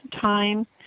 time